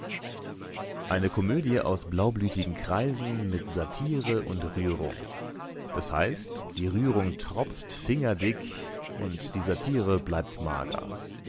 eine komödie aus blaublütigen kreisen mit satire und rührung das heißt die rührung tropft fingerdick und die satire bleibt mager